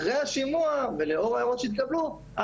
אחרי השימוע ולאור ההערות שיתקבלו,